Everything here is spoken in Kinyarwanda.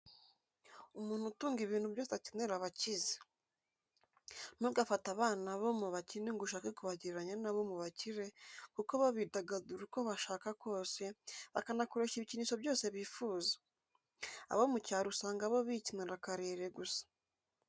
Umuntu utunga ibintu byose akenera aba akize. Ntugafate abana bo mu bakene ngo ushake kubagereranya n'abo mu bakire kuko bo bidagadura uko bashaka kose, bakanakoresha ibikinisho byose bifuza. Abo mu cyaro usanga bo bikinira akarere gusa.